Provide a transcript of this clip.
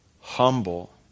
humble